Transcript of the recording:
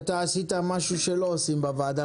עשית משהו שלא עושים בוועדה,